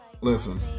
listen